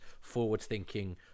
forward-thinking